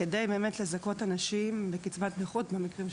כדי באמת לזכות אנשים עם קצבת נכות במקרים שצריך.